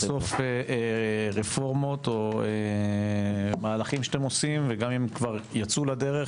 זה המקום לחשוף רפורמות או מהלכים שאתם עושים וגם אם כבר יצאו לדרך,